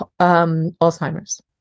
alzheimer's